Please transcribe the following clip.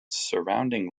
surrounding